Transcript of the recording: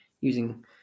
using